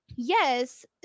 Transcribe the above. Yes